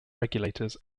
regulators